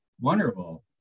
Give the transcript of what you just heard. Wonderful